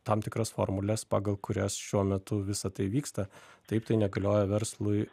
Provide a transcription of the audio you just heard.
tam tikras formules pagal kurias šiuo metu visa tai vyksta taip tai negalioja verslui